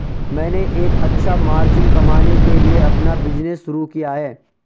मैंने एक अच्छा मार्जिन कमाने के लिए अपना बिज़नेस शुरू किया है